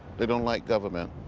they don't like government.